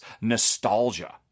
Nostalgia